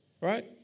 right